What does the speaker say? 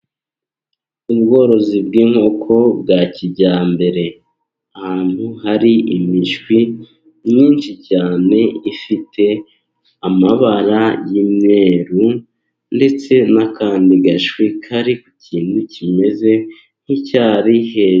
Ubworozi bw'inkoko bwa kijyambere ahantu hari imishwi myinshi cyane ifite amabara y'umweru ndetse n'akandi gashwi kari ku kintu kimeze nk'icyari hejuru.